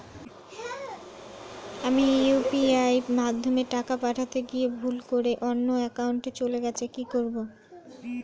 আমি ইউ.পি.আই মাধ্যমে টাকা পাঠাতে গিয়ে ভুল করে অন্য একাউন্টে চলে গেছে কি করব?